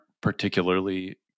particularly